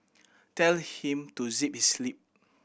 tell him to zip his lip